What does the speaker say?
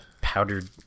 powdered